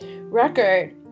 record